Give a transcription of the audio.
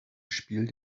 spiel